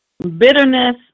Bitterness